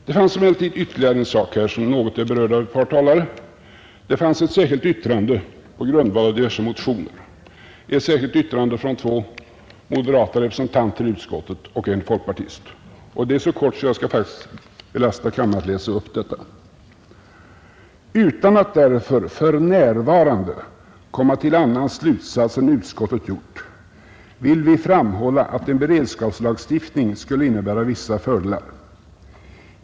Det fanns emellertid ytterligare en sak som här något har berörts av ett par talare, nämligen ett särskilt yttrande på grundval av motioner från två moderata representanter och en folkpartist i utskottet. Yttrandet är så kort att jag faktiskt skall belasta kammaren med att läsa upp det: ”Utan att därför för närvarande komma till annan slutsats än utskottet gjort, vill vi framhålla att en beredskapslagstiftning skulle innebära vissa fördelar.